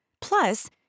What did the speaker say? Plus